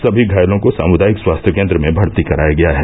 सभी घायलों को सामुदायिक स्वास्थ्य केन्द्र में भर्ती कराया गया है